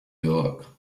york